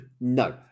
No